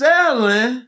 Selling